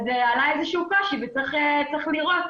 אז עלה איזשהו קושי וצריך לראות